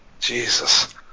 Jesus